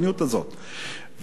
אדוני שר האוצר,